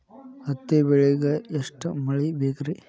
ಹತ್ತಿ ಬೆಳಿಗ ಎಷ್ಟ ಮಳಿ ಬೇಕ್ ರಿ?